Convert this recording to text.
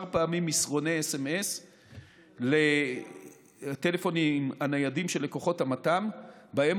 פעמים מסרוני סמ"ס לטלפונים הניידים של לקוחות המת"מ ובהם